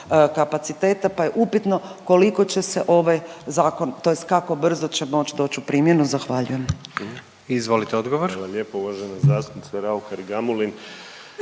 kapaciteta, pa je upitno koliko će se ovaj zakon tj. kako brzo će moć doć u primjenu. Zahvaljujem. **Jandroković,